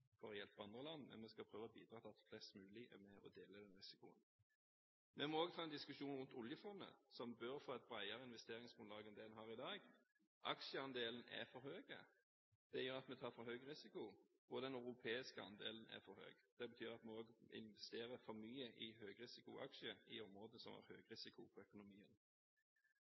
hjelpe andre land, men vi skal prøve å bidra til at flest mulig er med på å dele risikoen. Vi må også ta en diskusjon rundt oljefondet, som bør få et bredere investeringsgrunnlag enn det det har i dag. Aksjeandelen er for høy. Det gjør at vi tar for høy risiko, og den europeiske andelen er for høy. Det betyr at vi også investerer for mye i høyrisikoaksjer i områder som har høyrisiko i økonomien.